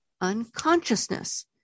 unconsciousness